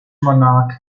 monarch